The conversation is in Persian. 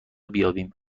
بیابیم